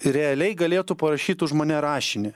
realiai galėtų parašyt už mane rašinį